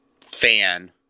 fan